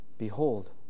Behold